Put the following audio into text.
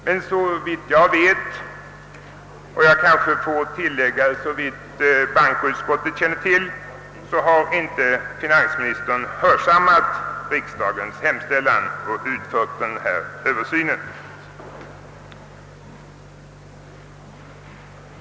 Men såvitt jag vet, och, kanske jag får tilllägga, såvitt bankoutskottet känner till har inte finansministern hörsammat riksdagens hemställan och utfört någon sådan Översyn.